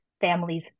families